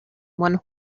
one